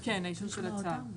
כן, האישור של הצו.